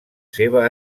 seva